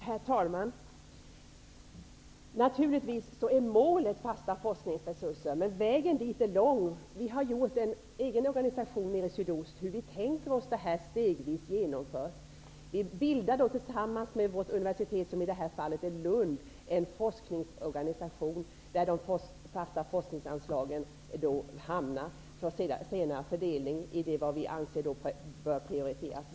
Herr talman! Naturligtvis är målet fasta forskningsresurser, men vägen dit är lång. Vi har i sydöstra Sverige gjort en egen organisation för hur vi tänker oss detta stegvis genomfört. Vi bildar tillsammans med vårt universitet, som i det här fallet är Lund, en forskningsorganisation där de fasta forskningsanslagen senare fördelas efter hur vi anser att de bör prioriteras.